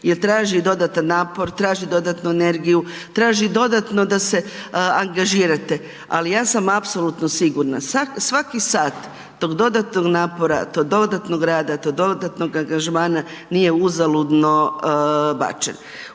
jer traži dodatan napor, traži dodatnu energiju, traži dodatno da se angažirate, ali ja sam apsolutno sigurna, svaki sat tog dodatnog napora, tog dodatnog rada, tog dodatnog angažmana nije uzaludno bačen.